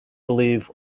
believe